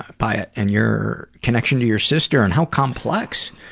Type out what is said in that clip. by it. and your connection to your sister and how complex